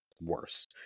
worse